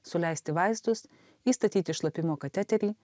suleisti vaistus įstatyti šlapimo kateterį